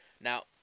Now